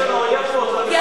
של האויב, תודה.